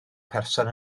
person